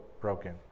broken